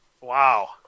wow